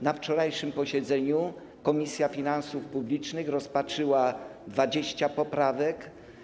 Na wczorajszym posiedzeniu Komisja Finansów Publicznych rozpatrzyła 20 poprawek.